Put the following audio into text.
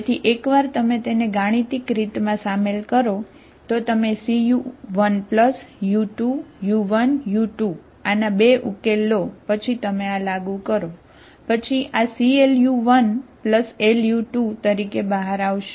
તેથી એકવાર તમે તેને ગાણિતિક રીતમાં સામેલ કરો તો તમે cu1 u2 u1 u2 આના 2 ઉકેલ લો પછી તમે આ લાગુ કરો પછી આ cLu1Lu2 તરીકે બહાર આવશે